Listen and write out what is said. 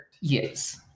Yes